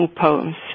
poems